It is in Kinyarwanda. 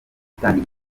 itanga